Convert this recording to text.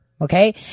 okay